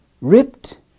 ripped